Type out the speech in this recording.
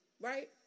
right